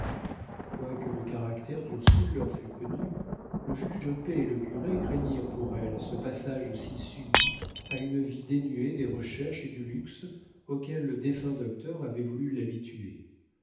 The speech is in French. quoique le caractère d'ursule leur fût connu le juge de paix et le curé craignirent pour elle ce passage si subit à une vie dénuée des recherches et du luxe auxquels le défunt docteur avait voulu l'habituer